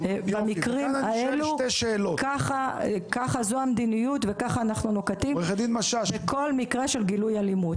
במקרים האלו זאת המדיניות וככה אנחנו נוקטים לכל מקרה של גילוי אלימות.